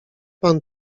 pan